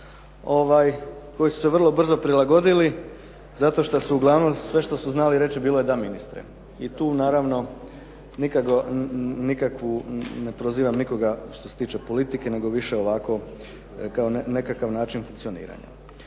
koji su se vrlo brzo prilagodili zato što su uglavnom sve što znali reći bilo je da ministre. I tu naravno ne prozivam nikoga što se tiče politike, nego više kao nekakav način funkcioniranja.